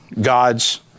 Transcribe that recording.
God's